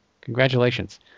Congratulations